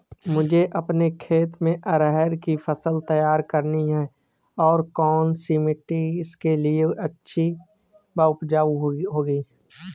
मुझे अपने खेत में अरहर की फसल तैयार करनी है और कौन सी मिट्टी इसके लिए अच्छी व उपजाऊ होगी?